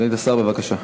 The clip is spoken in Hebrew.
סגנית השר, בבקשה.